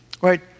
right